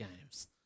games